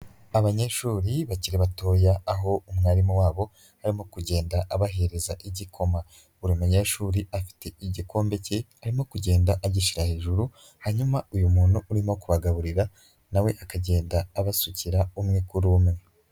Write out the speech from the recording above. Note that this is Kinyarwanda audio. Abanyeshuri bakiri batoya aho umwarimu wabo arimo kugenda abahereza igikoma. Buri munyeshuri afite igikombe ke ,arimo kugenda agishyira hejuru ,hanyuma uyu muntu urimo kubagaburira na we akagenda abasukira umwe kuri umwe.